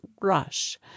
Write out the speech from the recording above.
rush